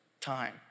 Time